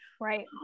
Right